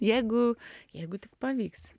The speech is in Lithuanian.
jeigu jeigu tik pavyks